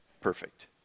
perfect